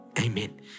amen